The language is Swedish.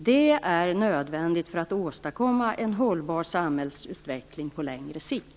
Det är nödvändigt för att åstadkomma en hållbar samhällsutveckling på längre sikt.